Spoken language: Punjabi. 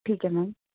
ਠੀਕ ਹੈ ਮੈਮ